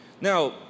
Now